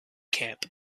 camp